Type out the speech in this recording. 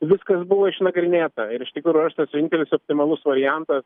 viskas buvo išnagrinėta ir iš tikro yra šitas vienintelis optimalus variantas